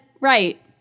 right